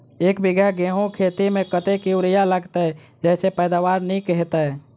एक बीघा गेंहूँ खेती मे कतेक यूरिया लागतै जयसँ पैदावार नीक हेतइ?